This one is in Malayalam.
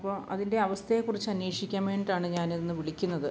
അപ്പോള് അതിൻ്റെ അവസ്ഥയെക്കുറിച്ചന്വേഷിക്കാൻ വേണ്ടിയിട്ടാണ് ഞാനിന്ന് വിളിക്കുന്നത്